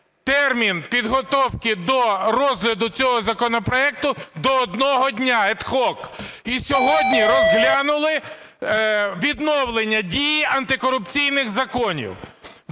термін підготовки до розгляду цього законопроекту до одного дня, ad hoc, і сьогодні розглянули відновлення дії антикорупційних законів.